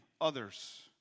others